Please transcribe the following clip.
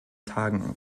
tagen